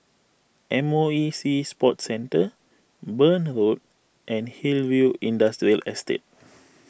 M O E Sea Sports Centre Burn Road and Hillview Industrial Estate